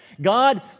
God